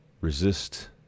resist